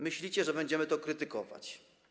Myślicie, że będziemy to krytykować.